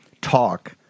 talk